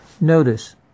Notice